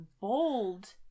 bold